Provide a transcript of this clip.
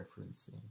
referencing